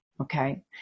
Okay